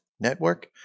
Network